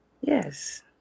Yes